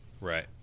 Right